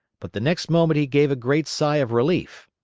but the next moment he gave a great sigh of relief.